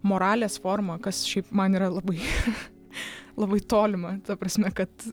moralės forma kas šiaip man yra labai labai tolima ta prasme kad